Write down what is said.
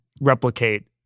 replicate